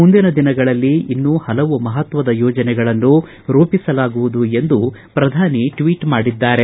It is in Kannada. ಮುಂದಿನ ದಿನಗಳಲ್ಲಿ ಇನ್ನೂ ಹಲವು ಮಹತ್ವದ ಯೋಜನೆಗಳನ್ನು ರೂಪಿಸಲಾಗುವುದು ಎಂದು ಪ್ರಧಾನಿ ಟ್ವೀಟ್ ಮಾಡಿದ್ದಾರೆ